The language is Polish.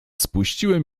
spuściłem